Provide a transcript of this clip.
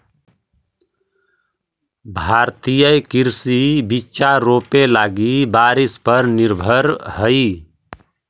भारतीय कृषि बिचा रोपे लगी बारिश पर निर्भर हई